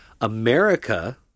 America